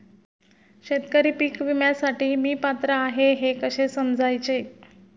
शेतकरी पीक विम्यासाठी मी पात्र आहे हे कसे समजायचे?